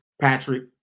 Patrick